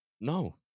No